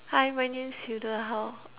hi my name's hilda how